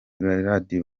gerald